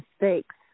mistakes